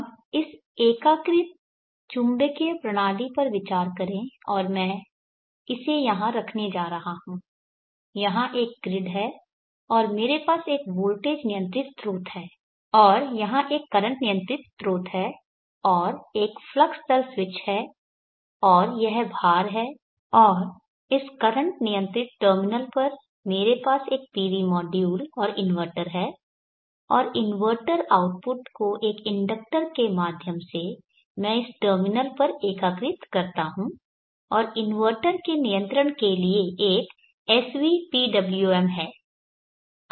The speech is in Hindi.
अब इस एकीकृत चुंबकीय प्रणाली पर विचार करें और मैं इसे यहां रखने जा रहा हूं यहां एक ग्रिड है और मेरे पास एक वोल्टेज नियंत्रित स्रोत है और यहां एक करंट नियंत्रित स्रोत है और एक फ्लक्स दर स्विच है और यह भार है और इस करंट नियंत्रित टर्मिनल पर मेरे पास एक PV मॉड्यूल और इन्वर्टर है और इन्वर्टर आउटपुट को एक इंडक्टर के माध्यम से मैं इस टर्मिनल में एकीकृत करता हूं और इन्वर्टर के नियंत्रण के लिए एक SVPWM है